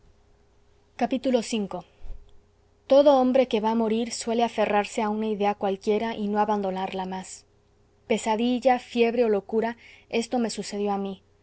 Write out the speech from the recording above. prisión v todo hombre que va a morir suele aferrarse a una idea cualquiera y no abandonarla más pesadilla fiebre o locura esto me sucedió a mí